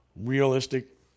realistic